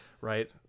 right